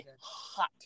hot